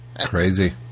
Crazy